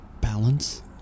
balance